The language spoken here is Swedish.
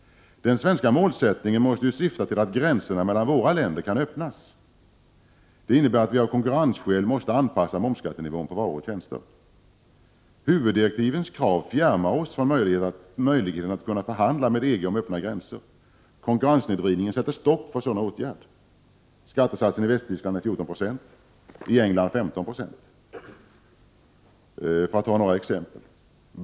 Den svenska målsättningen måste syfta till att gränserna mellan länderna i EG och Sverige kan öppnas. Det innebär att vi av konkurrensskäl måste anpassa momsskattenivån på varor och tjänster. Huvuddirektivens krav fjärmar oss från möjligheten att kunna förhandla med EG om öppna gränser. Konkurrenssnedvridningen sätter stopp för en sådan åtgärd. Skattesatsen i Västtyskland är 14 96 och i England 15 96, för att ta några exempel.